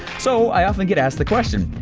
so i often get asked the question,